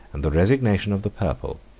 and the resignation of the purple,